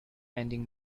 ending